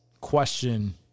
question